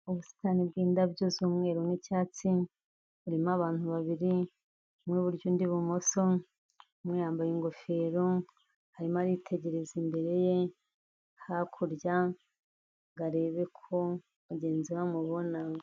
Ubusitani bw'indabyo z'umweru n'icyatsi, harimo abantu babiri, umwe iburyo, undi ibumoso, umwe yambaye ingofero, arimo aritegereza imbere ye, hakurya ngo arebe ko mugenzi we amubona.